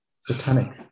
satanic